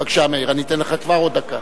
בבקשה, מאיר, אני אתן לך כבר עוד דקה.